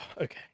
okay